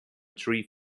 tree